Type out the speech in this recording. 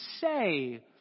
say